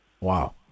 wow